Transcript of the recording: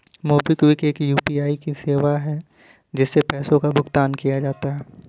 MobiKwik एक UPI की सेवा है, जिससे पैसे का भुगतान किया जाता है